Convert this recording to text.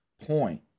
point